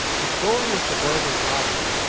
the story of suburban poverty,